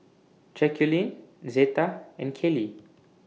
Jacqulyn Zeta and Kaley